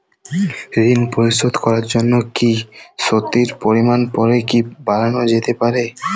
ঋন পরিশোধ করার জন্য কিসতির পরিমান পরে কি বারানো যেতে পারে?